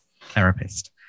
therapist